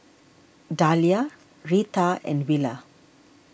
Dahlia Reatha and Willa